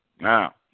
Now